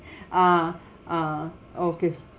ah ah okay